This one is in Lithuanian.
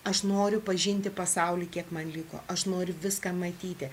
aš noriu pažinti pasaulį kiek man liko aš noriu viską matyti